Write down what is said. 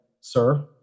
sir